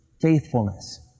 faithfulness